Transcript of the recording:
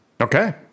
Okay